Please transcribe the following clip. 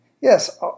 Yes